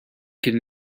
could